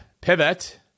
pivot